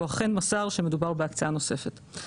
והוא אכן מסר שמדובר בהקצאה נוספת.